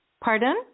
Pardon